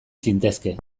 zintezke